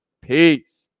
peace